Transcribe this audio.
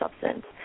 substance